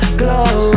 glow